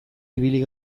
ibili